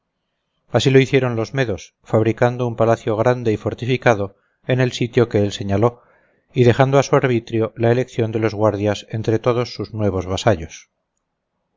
así lo hicieron los medos fabricando un palacio grande y fortificado en el sitio que él señaló y dejando a su arbitrio la elección de los guardias entre todos sus nuevos vasallos